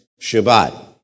Shabbat